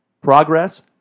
Progress